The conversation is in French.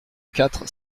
quatre